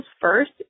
first